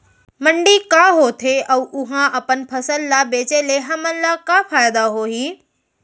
मंडी का होथे अऊ उहा अपन फसल ला बेचे ले हमन ला का फायदा होही?